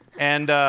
and,